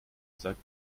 sagt